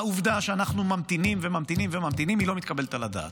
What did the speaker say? העובדה שאנחנו ממתינים וממתינים וממתינים היא לא מתקבלת על הדעת.